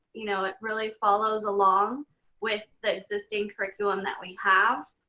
you know it really follows along with the existing curriculum that we have.